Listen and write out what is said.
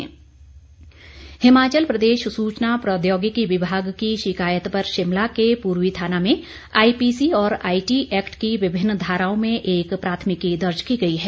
शिकायत हिमाचल प्रदेश सूचना प्रोद्यौगिकी विभाग की शिकायत पर शिमला के पूर्वी थाना में आईपीसी और आईटी एक्ट की विभिन्न धाराओं में एक प्राथमिकी दर्ज की गई है